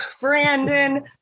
Brandon